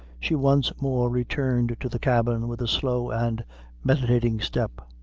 she once more returned to the cabin with a slow and meditating step.